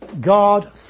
God